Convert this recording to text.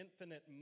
infinite